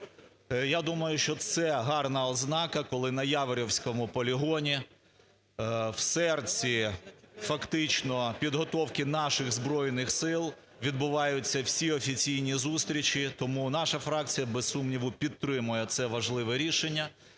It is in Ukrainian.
Я думаю, що це гарна ознака, коли на Яворівському полігоні, в серці фактично підготовки наших Збройних Сил, відбуваються всі офіційні зустрічі. Тому наша фракція, без сумніву, підтримує це важливе рішення.